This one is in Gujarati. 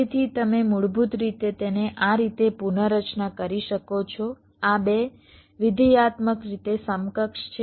તેથી તમે મૂળભૂત રીતે તેને આ રીતે પુનરચના કરી શકો છો આ 2 વિધેયાત્મક રીતે સમકક્ષ છે